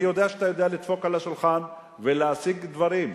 אני יודע שאתה יודע לדפוק על השולחן ולהשיג דברים.